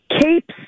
Capes